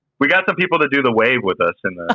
we got some people to do the wave with us, and